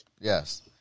Yes